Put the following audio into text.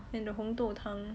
and the 红豆汤